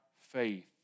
faith